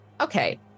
Okay